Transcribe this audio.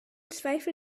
zweifel